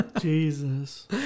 Jesus